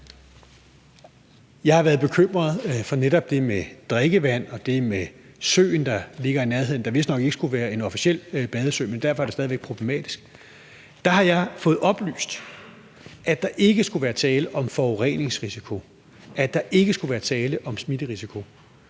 Jeg har været bekymret for netop det med drikkevandet og det med søen, der ligger i nærheden. Det skulle vist nok ikke være en officiel badesø, men derfor er det stadig væk problematisk. Der har jeg fået oplyst, at der ikke skulle være tale om forureningsrisiko, og at der ikke skulle være tale om smitterisiko.